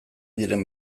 diren